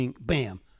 bam